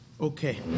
Okay